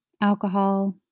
alcohol